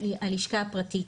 הלשכה הפרטית.